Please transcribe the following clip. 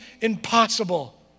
impossible